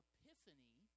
Epiphany